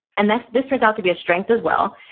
and this this turns out to be a strength as well,